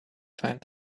find